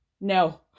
No